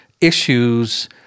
issues